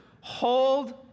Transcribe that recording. Hold